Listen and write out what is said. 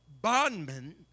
bondman